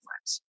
friends